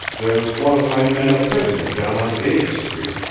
there's one of my men a prisoner down on davis street.